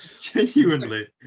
Genuinely